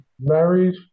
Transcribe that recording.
Married